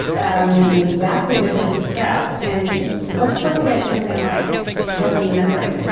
um that's a different step and let's look at something like working memory.